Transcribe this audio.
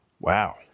Wow